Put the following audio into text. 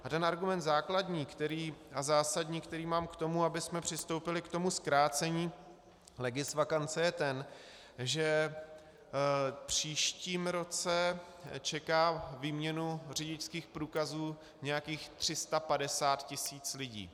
A ten argument základní a zásadní, který mám k tomu, abychom přistoupili k tomu zkrácení legisvakance je ten, že v příštím roce čeká výměnu řidičských průkazů nějakých 350 tis. lidí.